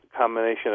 combination